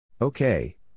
Okay